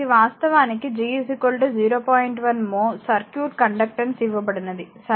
1 mho circuit conductance ఇవ్వబడినది సరే